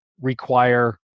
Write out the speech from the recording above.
require